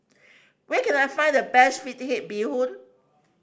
where can I find the best fish head bee hoon